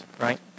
right